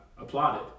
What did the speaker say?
applauded